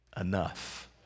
enough